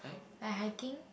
like hiking